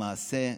למעשה,